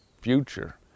future